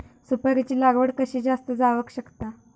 सुपारीची लागवड कशी जास्त जावक शकता?